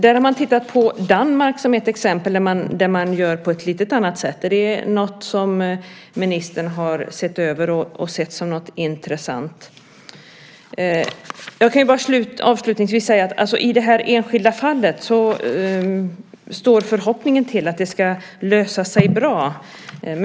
Där har man tittat på Danmark som ett exempel på att göra på ett lite annorlunda sätt. Är det något som ministern har tittat på och sett som något intressant? Jag kan bara avslutningsvis säga att i det här enskilda fallet står förhoppningen till att det ska lösa sig bra.